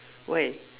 why